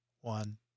one